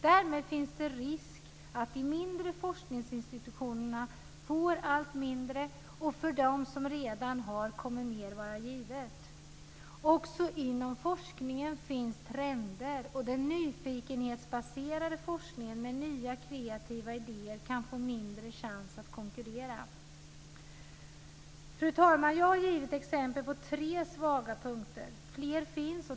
Därmed finns det risk att de mindre forskningsinstitutionerna får allt mindre, och för dem som redan har kommer mer vara givet. Också inom forskningen finns trender. Den nyfikenhetsbaserade forskningen med nya kreativa idéer kan få mindre chans att konkurrera. Fru talman! Jag har givit exempel på tre svaga punkter, och fler finns.